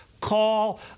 call